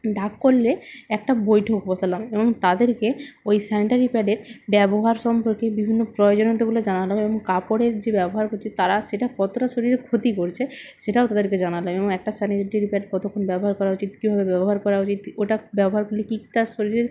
ডাক করলে একটা বৈঠক বসালাম এবং তাদেরকে ওই স্যানিটারি প্যাডের ব্যবহার সম্পর্কে বিভিন্ন প্রয়োজনীয়তাগুলো জানালাম এবং কাপড়ের যে ব্যবহার করছে তারা সেটা কতটা শরীরের ক্ষতি করছে সেটাও তাদেরকে জানালাম এবং একটা স্যানিটারি প্যাড কতক্ষণ ব্যবহার করা উচিত কীভাবে ব্যবহার করা উচিত ওটা ব্যবহার করলে কী তার শরীরের